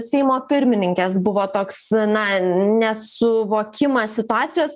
seimo pirmininkės buvo toks na nesuvokimas situacijos